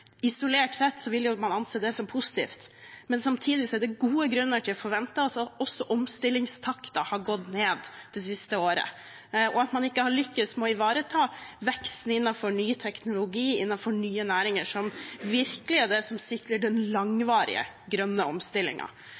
Isolert sett ville man jo anse det som positivt, men samtidig er det gode grunner til å forvente at også omstillingstakten har gått ned det siste året, og at man ikke har lyktes med å ivareta veksten innenfor ny teknologi innenfor nye næringer, som virkelig er det som sikrer den langvarige grønne